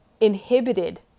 inhibited